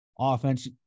Offense